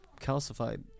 calcified